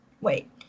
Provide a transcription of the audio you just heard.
wait